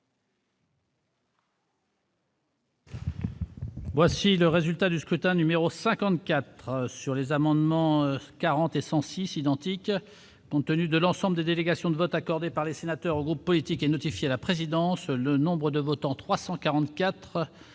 Voici le résultat du scrutin numéro 54 sur les amendements 40 et 106 identique tenue de l'ensemble des délégations de vote accordé par les sénateurs groupes politique et notifié la présidence le nombres de beau temps.